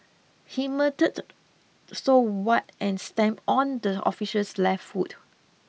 he muttered so what and stamped on the officer's left foot